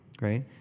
right